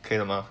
可以了吗